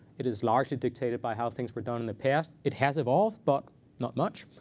it is largely dictated by how things were done in the past. it has evolved, but not much.